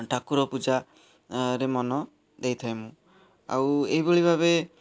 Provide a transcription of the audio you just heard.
ଠାକୁର ପୂଜାରେ ମନ ଦେଇଥାଏ ମୁଁ ଆଉ ଏହିଭଳି ଭାବେ